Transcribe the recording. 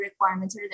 requirements